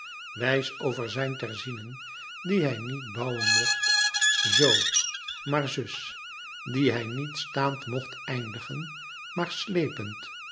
wijs over louis couperus metamorfoze zijn terzinen die hij niet bouwen mocht z maar zus die hij niet staand mocht eindigen maar slepend